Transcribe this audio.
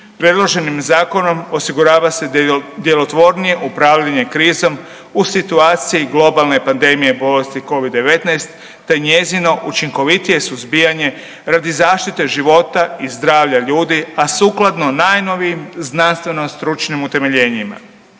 Predloženim zakonom osigurava se djelotvornije upravljanje krizom u situaciji globalne pandemije bolesti Covid-19, te njezino učinkovitije suzbijanje radi zaštite života i zdravlja ljudi, a sukladno najnovijim znanstveno stručnim utemeljenjima.